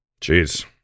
Jeez